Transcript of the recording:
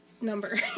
number